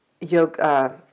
Yoga